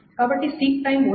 కాబట్టి seek time ఉండదు